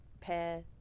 pair